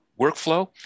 workflow